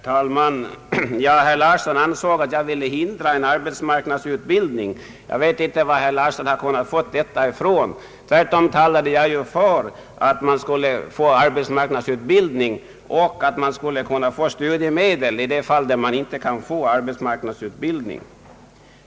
Herr talman! Herr Larsson ansåg att jag vill hindra en arbetsmarknadsutbildning. Jag vet inte varifrån herr Larsson kunnat få detta. Tvärtom talade jag ju för att man skulle kunna få arbetsmarknadsutbildning och att man skulle kunna få studiemedel i de fall då man inte kan få arbetsmarknadsutbildning.